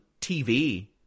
TV